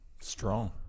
Strong